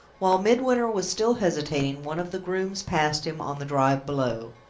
while midwinter was still hesitating, one of the grooms passed him on the drive below.